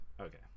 Okay